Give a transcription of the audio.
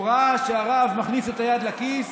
הוא ראה שהרב מכניס את היד לכיס